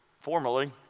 formerly